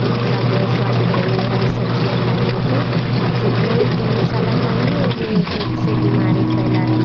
सब स्वस्थ रहेंगे हरी सब्ज़ियाँ खाएंगे तो जितना ही तेल मसाला खाएंगे उतना ही एक एक से बीमारी फैला